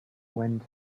wind